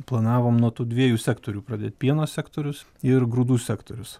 planavom nuo tų dviejų sektorių pradėt pieno sektorius ir grūdų sektorius